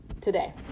today